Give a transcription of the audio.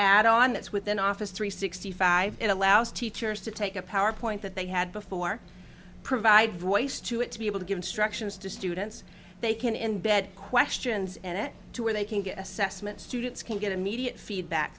add on that's within office three sixty five it allows teachers to take a power point that they had before provide voice to it to be able to give structures to students they can embed questions and it to where they can get assessment students can get immediate feedback